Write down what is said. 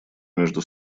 между